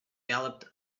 galloped